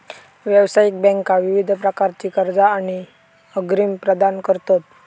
व्यावसायिक बँका विविध प्रकारची कर्जा आणि अग्रिम प्रदान करतत